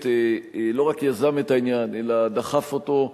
לא רק יזם את העניין אלא דחף אותו,